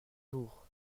jours